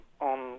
on